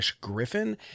griffin